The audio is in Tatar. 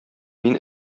мин